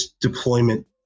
deployment